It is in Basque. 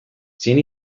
zein